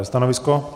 Stanovisko?